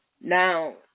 Now